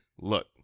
look